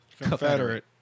Confederate